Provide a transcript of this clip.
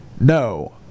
no